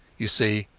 you see,